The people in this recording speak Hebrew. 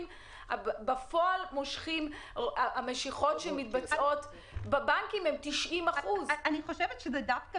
בפועל המשיכות שמתבצעות בבנקים הן 90%. אני חושבת שזה דווקא